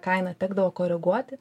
kainą tekdavo koreguoti